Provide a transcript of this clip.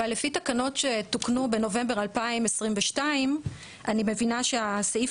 אבל לפי תקנות שתוקנו בנובמבר 2022 אני מבינה שהסעיף